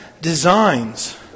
designs